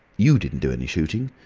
you didn't do any shooting?